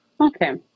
Okay